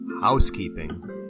Housekeeping